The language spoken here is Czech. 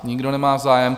Nikdo nemá zájem.